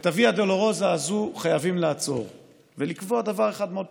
את הוויה דולורוזה הזו חייבים לעצור ולקבוע דבר אחד מאוד פשוט: